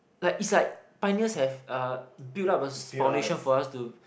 like it's like pioneers have uh built up a foundation for us to